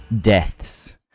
Deaths